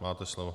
Máte slovo.